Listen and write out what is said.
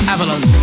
Avalon